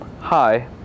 hi